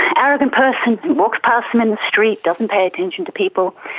arrogant person who walks past them in the street, doesn't pay attention to people.